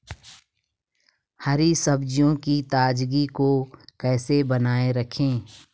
हरी सब्जियों की ताजगी को कैसे बनाये रखें?